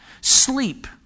Sleep